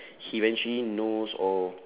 he eventually knows or